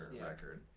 record